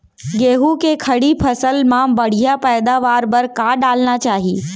गेहूँ के खड़ी फसल मा बढ़िया पैदावार बर का डालना चाही?